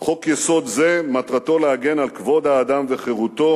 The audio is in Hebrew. "חוק-יסוד זה, מטרתו להגן על כבוד האדם וחירותו